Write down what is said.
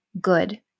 good